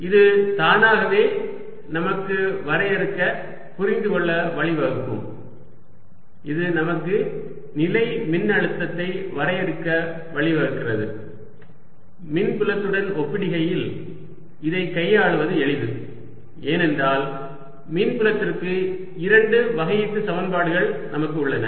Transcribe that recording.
இது தானாகவே நமக்கு வரையறுக்க புரிந்துகொள்ள வழிவகுக்கும் இது நமக்கு நிலை மின்னழுத்தத்தை வரையறுக்க வழிவகுக்கிறது மின்புலத்துடன் ஒப்பிடுகையில் இதை கையாளுவது எளிது ஏனென்றால் மின்புலத்திற்கு இரண்டு வகையீட்டு சமன்பாடுகள் நமக்கு உள்ளன